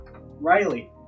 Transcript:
Riley